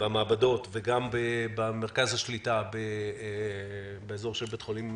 במעבדות וגם במרכז השליטה באזור של בית החולים תל-השומר,